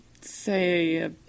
say